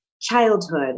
childhood